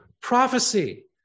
prophecy